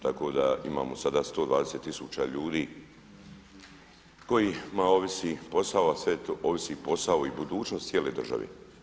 Tako da imamo sada 120 tisuća ljudi kojima ovisi posao, ovisi posao i budućnost cijeloj državi.